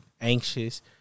anxious